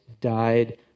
died